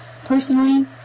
personally